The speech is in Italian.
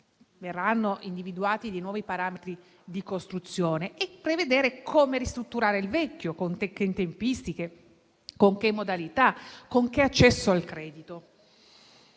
verranno individuati dei nuovi parametri di costruzione per prevedere come ristrutturare il vecchio: con che tempistiche, con che modalità, con che accesso al credito.